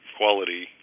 quality